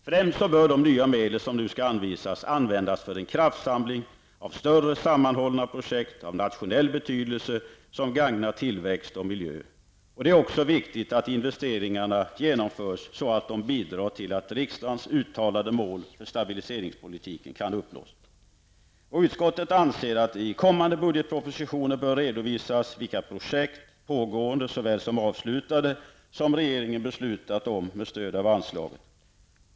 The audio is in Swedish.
Främst bör de nya medel som nu skall anvisas användas för en kraftsamling av större sammanhållna projekt av nationell betydelse som gagnar tillväxt och miljö. Det är också viktigt att investeringarna genomförs så att de bidrar till att riksdagens uttalade mål för stabiliseringspolitiken kan uppnås. Utskottet anser att det i kommande budgetpropositioner bör redovisas vilka projekt, pågående såväl som avslutade, som regeringen beslutat om med stöd av anslaget.